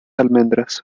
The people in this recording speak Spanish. almendras